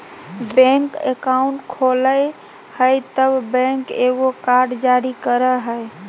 bank account खोलय हइ तब बैंक एगो कार्ड जारी करय हइ